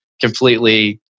completely